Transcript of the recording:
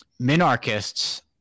minarchists